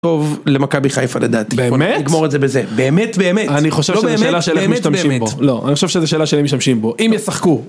טוב למכבי חיפה לדעתי. באמת? -נגמור את זה בזה. -באמת באמת. לא באמת, באמת באמת. אני חושב שזה שאלה של האם משתמשים בו. אם ישחקו.